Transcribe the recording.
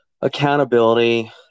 accountability